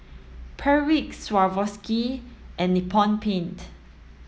Perdix Swarovski and Nippon Paint